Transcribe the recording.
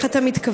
איך אתה מתכוון,